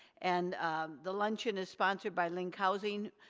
and the luncheon is sponsored by linc housing,